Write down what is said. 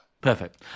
Perfect